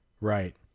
right